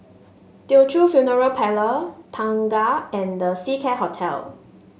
Teochew Funeral Parlour Tengah and The Seacare Hotel